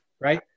Right